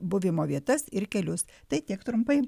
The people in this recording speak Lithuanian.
buvimo vietas ir kelius tai tiek trumpai